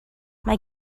mae